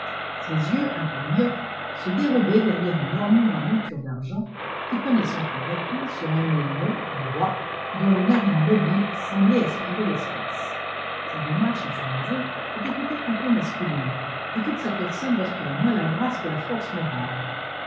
ses yeux un peu myopes se dérobaient derrière un lorgnon à monture d'argent qui prenait son point d'appui sur un nez long droit dont les narines mobiles semblaient aspirer l'espace sa démarche il faut l'avouer était peut-être un peu masculine et toute sa personne respirait moins la grâce que la force morale